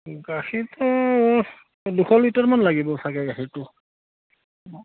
গাখীৰটো দুশ লিটাৰমান লাগিব চাগে গাখীৰটো